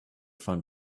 fun